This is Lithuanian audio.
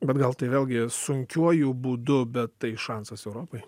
bet gal tai vėlgi sunkiuoju būdu bet tai šansas europai